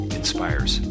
inspires